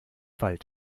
wald